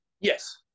Yes